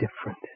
different